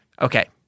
Okay